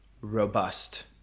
robust